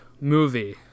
movie